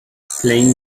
playing